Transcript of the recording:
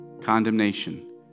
Condemnation